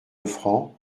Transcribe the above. lefranc